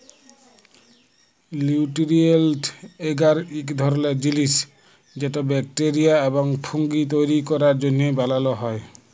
লিউটিরিয়েল্ট এগার ইক ধরলের জিলিস যেট ব্যাকটেরিয়া এবং ফুঙ্গি তৈরি ক্যরার জ্যনহে বালাল হ্যয়